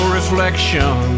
reflection